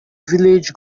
village